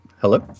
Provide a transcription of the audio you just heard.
Hello